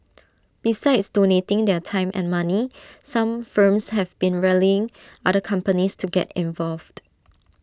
besides donating their time and money some firms have been rallying other companies to get involved